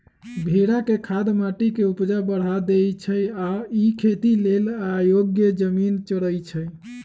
भेड़ा के खाद माटी के ऊपजा बढ़ा देइ छइ आ इ खेती लेल अयोग्य जमिन चरइछइ